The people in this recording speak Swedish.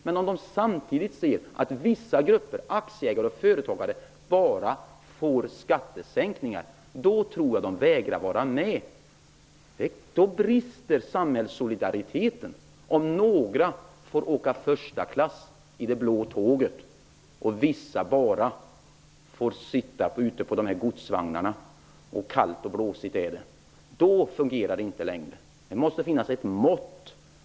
Men om de samtidigt ser att vissa grupper -- aktieägare och företagare -- bara får skattesänkningar tror jag att de vägrar att vara med. Samhällssolidariteten brister om några får åka första klass i det blå tåget och andra bara får sitta i godsvagnarna där det är kallt och blåsigt. Då fungerar det inte längre. Det måste finnas ett mått.